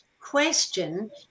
question